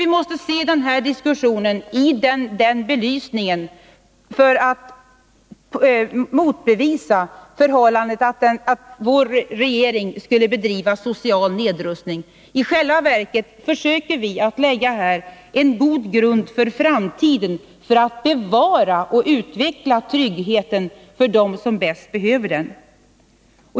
I denna belysning motbevisas påståendet att vår regering skulle bedriva social nedrustning. I själva verket försöker vi här lägga en god grund för framtiden när det gäller att bevara och utveckla tryggheten för dem som bäst behöver den.